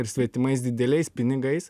ir svetimais dideliais pinigais